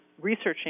researching